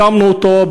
הקמנו אותו,